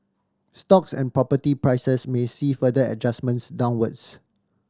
stocks and property prices may see further adjustments downwards